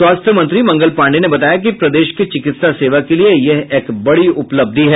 स्वास्थ्य मंत्री मंगल पाण्डेय ने बताया कि प्रदेश के चिकित्सा सेवा के लिये यह एक बड़ी उपलब्धि है